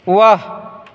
वाह